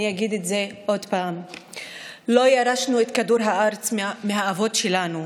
אני אגיד את זה עוד פעם: לא ירשנו את כדור הארץ מהאבות שלנו,